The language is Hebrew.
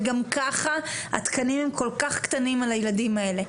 וגם ככה התקנים הם כל כך קטנים על הילדים האלה.